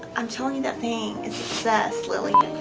i'm telling you that thing is possessed, lilly.